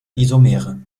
isomere